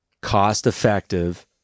cost-effective